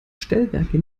stellwerke